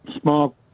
small